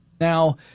Now